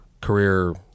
career